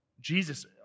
Jesus